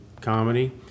comedy